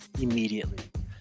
immediately